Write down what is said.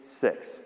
six